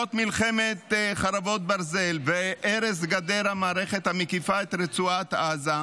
בעקבות מלחמת חרבות ברזל והרס גדר המערכת המקיפה את רצועת עזה,